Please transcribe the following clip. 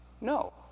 No